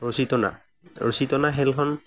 ৰচী টনা ৰচী টনা খেলখন